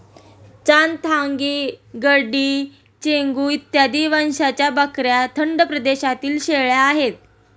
चांथागी, गड्डी, चेंगू इत्यादी वंशाच्या बकऱ्या थंड प्रदेशातील शेळ्या आहेत